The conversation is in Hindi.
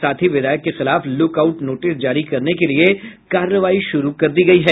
साथ ही विधायक के खिलाफ लुक आउट नोटिस जारी करने के लिये कार्रवाई शुरू कर दी गयी है